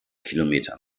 kilometer